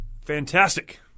fantastic